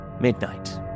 Midnight